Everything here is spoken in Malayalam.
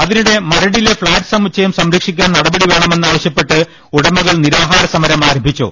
അതിനിടെ മരടിലെ ഫ്ളാറ്റ് സമുച്ചയം സംരക്ഷിക്കാൻ നടപടി വേണമെന്നാവശൃപ്പെട്ട് ഉടമകൾ നിരാഹാര സമരം ആരംഭിച്ചു